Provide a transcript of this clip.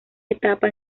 etapa